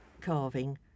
carving